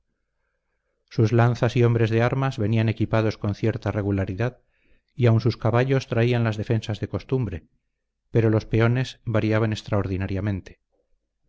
sus lanzas y hombres de armas venían equipados con cierta regularidad y aun sus caballos traían las defensas de costumbre pero los peones variaban extraordinariamente